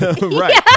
Right